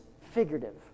figurative